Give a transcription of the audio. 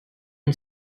une